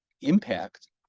impact